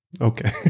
okay